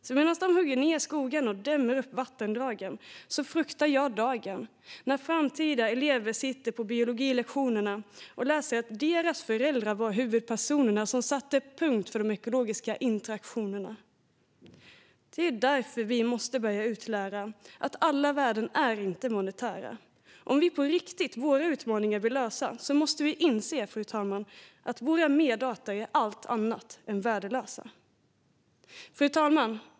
Om vi hugger ned skogarna och dämmer upp vattendragen fruktar jag dagen när framtida elever sitter på biologilektionerna och läser att deras föräldrar var huvudpersonerna som satte punkt för de ekologiska interaktionerna. Det är därför vi måste börja utlära att alla värden inte är monetära. Om vi på riktigt våra utmaningar vill lösa måste vi inse, fru talman, att våra medarter är allt annat än värdelösa. Fru talman!